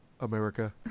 America